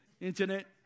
Internet